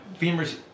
femurs